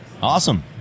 Awesome